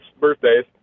birthdays